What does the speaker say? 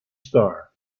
star